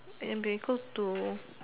maybe go to